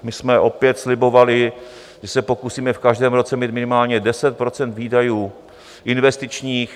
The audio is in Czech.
My jsme opět slibovali, že se pokusíme v každém roce mít minimálně 10 % výdajů investičních.